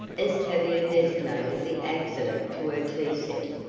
as tavia designated the accident to her tea set.